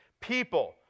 people